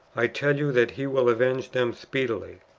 i tell you, that he will avenge them speedily.